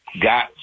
got